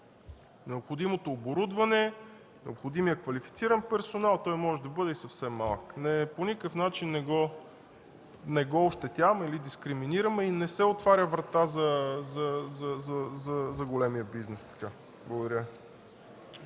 необходимото оборудване, необходимия квалифициран персонал, той може да бъде и съвсем малък. По никакъв начин не го ощетяваме или дискриминираме, не се отваря така врата за големия бизнес. Благодаря.